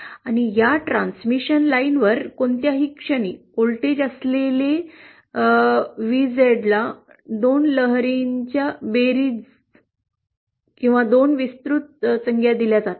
आणि या ट्रान्समिशन लाईनवर कोणत्याही क्षणी व्होल्टेज असलेल्या व्हीझेडला 2 लहरींची बेरीज 2 विस्तृत संज्ञा दिल्या जातात